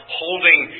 holding